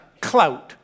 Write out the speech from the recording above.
clout